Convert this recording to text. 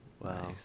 wow